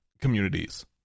communities